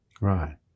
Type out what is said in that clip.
Right